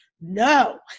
No